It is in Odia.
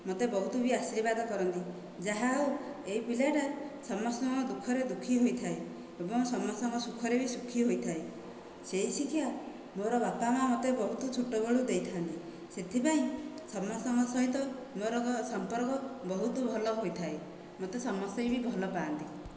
ମୋତେ ବହୁତ ବି ଆଶୀର୍ବାଦ କରନ୍ତି ଯାହା ହେଉ ଏହି ପିଲାଟା ସମସ୍ତଙ୍କ ଦୁଃଖରେ ଦୁଃଖୀ ହୋଇଥାଏ ଏବଂ ସମସ୍ତଙ୍କ ସୁଖରେ ବି ସୁଖୀ ହୋଇଥାଏ ସେହି ଶିକ୍ଷା ମୋର ବାପା ମାଆ ମୋତେ ବହୁତ ଛୋଟବେଳୁ ଦେଇଥାନ୍ତି ସେଥିପାଇଁ ସମସ୍ତଙ୍କ ସହିତ ମୋର ସମ୍ପର୍କ ବହୁତ ଭଲ ହୋଇଥାଏ ମୋତେ ସମସ୍ତେ ବି ଭଲପାଆନ୍ତି